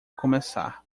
começar